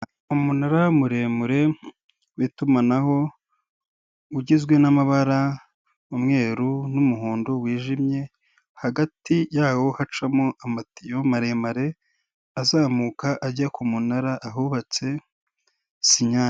Umunara muremure w'itumanaho, ugizwe n'amabara umweru n'umuhondo wijimye, hagati yawo hacamo amatiyo maremare, azamuka ajya ku munara ahubatse sinya.